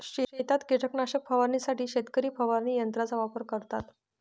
शेतात कीटकनाशक फवारण्यासाठी शेतकरी फवारणी यंत्राचा वापर करतात